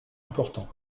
important